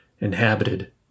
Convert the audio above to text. inhabited